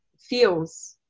feels